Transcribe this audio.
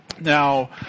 Now